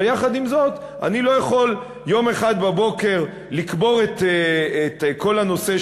אבל יחד עם זאת אני לא יכול יום אחד בבוקר לקבור את כל הנושא,